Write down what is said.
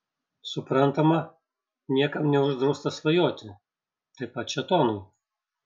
suprantama niekam neuždrausta svajoti taip pat šėtonui